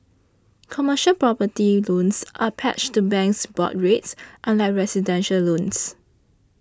commercial property loans are pegged to banks' board rates unlike residential loans